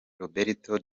roberto